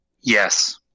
Yes